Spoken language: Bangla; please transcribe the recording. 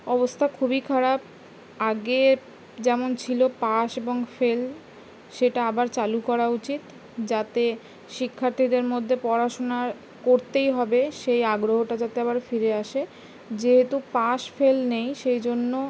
অবস্থা খুবই খারাপ আগে যেমন ছিল পাস এবং ফেল সেটা আবার চালু করা উচিত যাতে শিক্ষার্থীদের মধ্যে পড়াশোনা করতেই হবে সেই আগ্রহটা যাতে আবার ফিরে আসে যেহেতু পাস ফেল নেই সেই জন্য